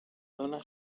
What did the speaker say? dona